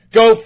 Go